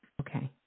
okay